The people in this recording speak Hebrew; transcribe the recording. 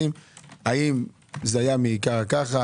האם זה היה בעיקר ככה,